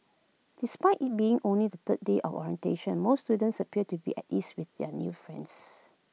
despite IT being only the third day of orientation most students appeared to be at ease with their new friends